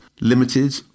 limited